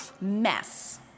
mess